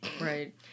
Right